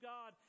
God